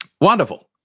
Wonderful